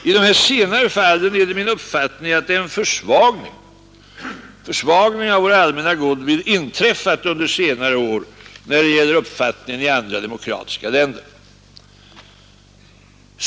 I det senare fallet är det min uppfattning att en försvagning av vår allmänna goodwill inträffat under senare år när det gäller uppfattningen i andra demokratiska länder.